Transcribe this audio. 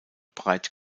breit